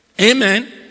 amen